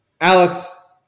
Alex